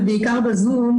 ובעיקר בזום,